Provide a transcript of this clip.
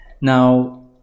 Now